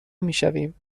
میشویم